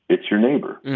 it's your neighbor